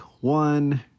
one